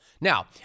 Now